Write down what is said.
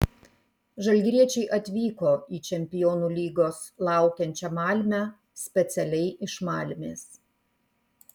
žalgiriečiai atvyko į čempionų lygos laukiančią malmę specialiai iš malmės